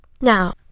Now